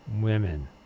women